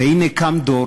והנה, קם דור